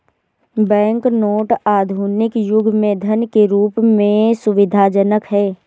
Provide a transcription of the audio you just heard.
bank note आधुनिक युग में धन के रूप में सुविधाजनक हैं